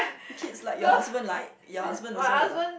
kids like your husband like your husband also will like